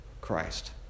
Christ